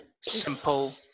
simple